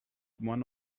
one